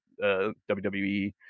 wwe